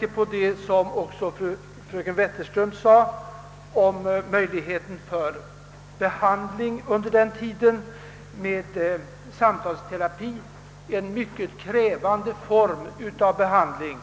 Jag vill först ta upp fröken Wetterströms tanke att man under denna tid skulle sätta in samtalsterapi, en mycket krävande form av behandling